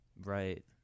right